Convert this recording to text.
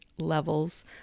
levels